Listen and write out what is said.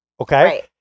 okay